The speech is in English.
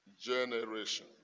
generation